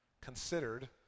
considered